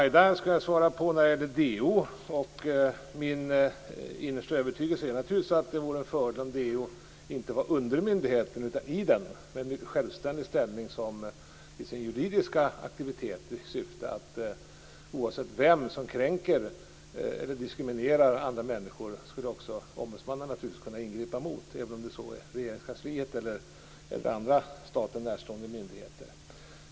Jag skall svara på Yvonne Ruwaidas fråga om DO. Min innersta övertygelse är naturligtvis att det vore en fördel om DO inte var under myndigheten utan i den och hade en självständig ställning i sin juridiska aktivitet. Oavsett vem som kränker eller diskriminerar andra människor skulle ombudsmannen kunna ingripa, om det så är Regeringskansliet eller andra staten närstående myndigheter.